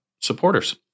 supporters